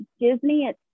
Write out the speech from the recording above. Disney